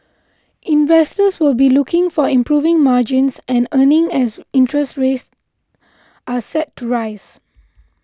investors will be looking for improving margins and earnings as interest rates are set to rise